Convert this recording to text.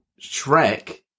Shrek